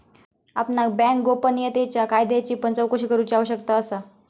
आपणाक बँक गोपनीयतेच्या कायद्याची पण चोकशी करूची आवश्यकता असा